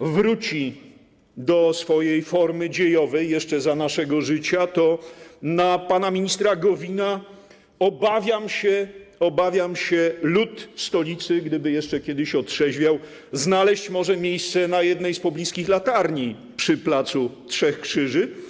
wróci do swojej formy dziejowej jeszcze za naszego życia, to na pana ministra Gowina, obawiam się, lud stolicy, gdyby jeszcze kiedyś otrzeźwiał, znaleźć może miejsce na jednej z pobliskich latarni przy placu Trzech Krzyży.